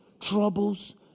troubles